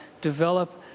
develop